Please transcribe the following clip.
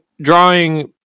drawing